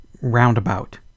Roundabout